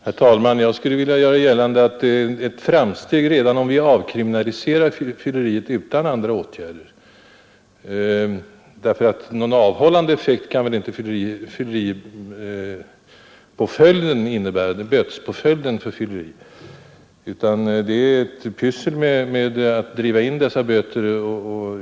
Herr talman! Jag vill göra gällande att det är ett framsteg redan om vi avkriminaliserar fylleriet utan andra åtgärder än ett lämpligt slag av omhändertagande, ty någon avhållande effekt kan väl bötespåföljden för fylleri inte ha. Det är bara ett pyssel med att driva in dessa böter.